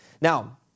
Now